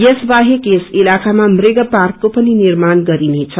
यस बाहेक यस इलाकामा मृग पार्कको पनि निार्माण गरिनेछ